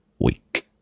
week